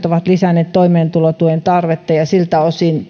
ovat lisänneet toimeentulotuen tarvetta ja siltä osin